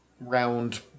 round